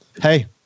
hey